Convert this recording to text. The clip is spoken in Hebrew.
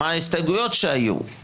מה ההסתייגויות שהיו?